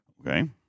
Okay